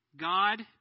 God